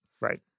Right